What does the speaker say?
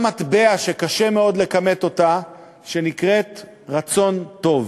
מטבע שקשה מאוד לכמת, שנקראת רצון טוב.